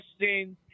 interesting